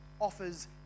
offers